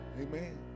Amen